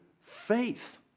faith